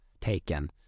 taken